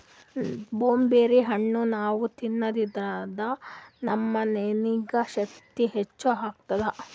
blueberry ಹಣ್ಣ್ ನಾವ್ ತಿನ್ನಾದ್ರಿನ್ದ ನಮ್ ನೆನ್ಪಿನ್ ಶಕ್ತಿ ಹೆಚ್ಚ್ ಆತದ್